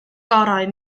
gorau